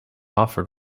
offered